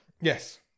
Yes